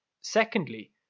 Secondly